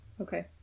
Okay